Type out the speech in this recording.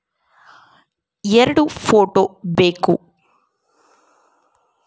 ಎರಡು ಫೋಟೋ ಬೇಕಾ?